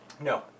No